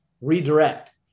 redirect